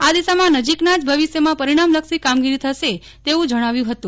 આ દિશામાં નજીકના જ ભવિષ્યમાં પરિણામલક્ષી કામગીરી થશે તેવું જણાવ્યું હતું